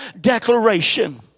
declaration